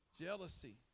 Jealousy